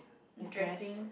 address